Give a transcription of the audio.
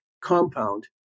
compound